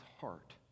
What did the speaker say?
heart